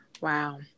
Wow